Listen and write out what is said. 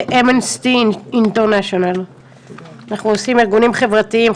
אנחנו עושים ארגונים חברתיים,